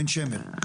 עין שמר.